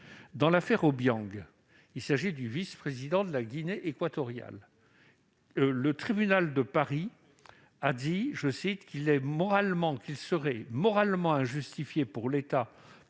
Dans l'affaire Obiang- il s'agit du vice-président de la Guinée équatoriale -, le tribunal de Paris a conclu qu'« il serait moralement injustifié pour l'État,